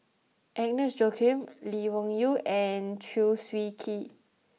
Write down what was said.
Agnes Joaquim Lee Wung Yew and Chew Swee Kee